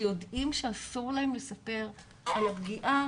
שיודעים שאסור להם לספר על הפגיעה